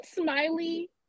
Smiley